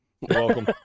Welcome